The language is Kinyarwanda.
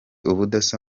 ubudasa